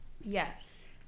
Yes